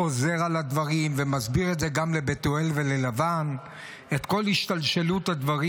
חוזר על הדברים ומסביר גם לבתואל וללבן את כל השתלשלות הדברים.